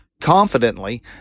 confidently